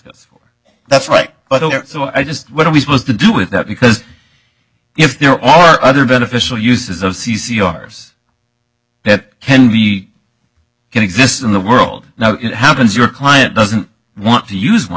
for that's right but don't so i just what are we supposed to do with that because if there are other beneficial uses of c c o r's that can be can exist in the world now it happens your client doesn't want to use one